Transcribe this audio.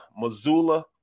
Missoula